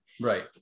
right